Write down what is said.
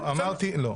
לא.